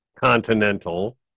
Continental